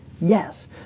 Yes